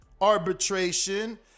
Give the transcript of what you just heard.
arbitration